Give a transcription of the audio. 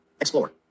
Explore